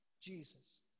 Jesus